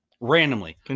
Randomly